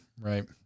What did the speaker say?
right